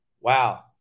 wow